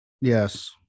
Yes